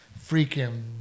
freaking